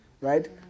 right